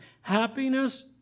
Happiness